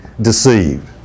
deceived